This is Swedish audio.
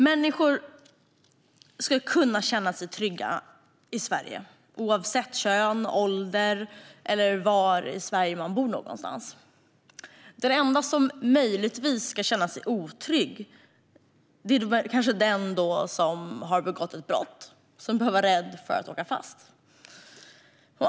Människor ska kunna känna sig trygga i Sverige oavsett kön, ålder eller var i Sverige de bor. Den enda som kanske ska känna sig otrygg är den som har begått ett brott och behöver vara rädd för att åka fast.